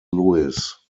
lewis